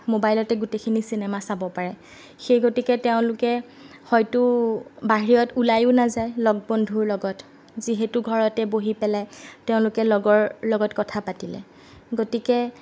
মোবাইলতে গোটেইখিনি চিনেমা চাব পাৰে সেই গতিকে তেওঁলোকে হয়তো বাহিৰত ওলাইয়ো নাযায় লগ বন্ধুৰ লগত যিহেতু ঘৰতে বহি পেলাই তেওঁলোকে লগৰ লগত কথা পাতিলে গতিকে